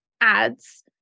ads